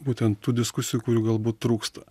būtent tų diskusijų kurių galbūt trūksta